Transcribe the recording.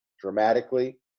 dramatically